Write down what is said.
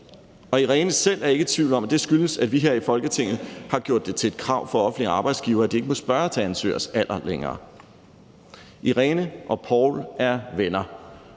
Irene selv er ikke i tvivl om, at det skyldes, at vi her i Folketinget har gjort det til et krav for offentlige arbejdsgivere, at de ikke længere må spørge til ansøgeres alder. Irene og Poul er venner.